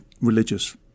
religious